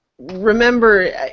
remember